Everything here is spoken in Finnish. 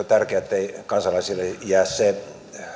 tärkeä ettei kansalaisille jää se